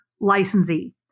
licensee